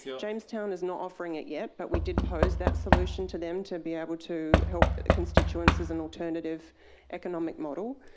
jamestown is not offering it yet but we did pose that solution to them to be able to help constituents as an alternative economic model.